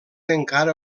encara